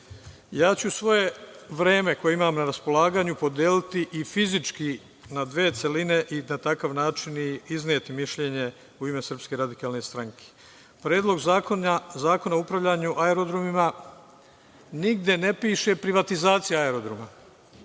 osobine. Svoje vreme ću koje imam na raspolaganju podeliti i fizički na dve celine i na takav način i izneti mišljenje u ime SRS. Predlog zakona o upravljanju aerodromima. Nigde ne piše – privatizacija aerodroma,